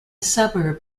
suburb